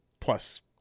plus